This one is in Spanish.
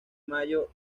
mayo